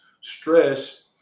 Stress